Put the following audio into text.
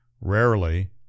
Rarely